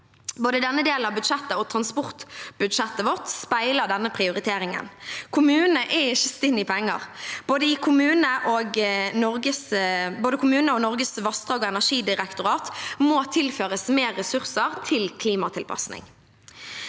Både denne delen av budsjettet og transportbudsjettet vårt speiler denne prioriteringen. Kommunene er ikke stinne av penger. Både kommunene og Norges vassdrags- og energidirektorat må tilføres mer ressurser til klimatilpasning.